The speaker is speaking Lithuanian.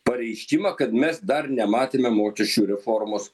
pareiškimą kad mes dar nematėme mokesčių reformos